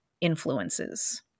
influences